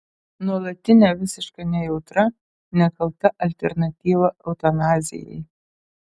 nuolatinė visiška nejautra nekalta alternatyva eutanazijai